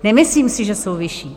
Nemyslím si, že jsou vyšší.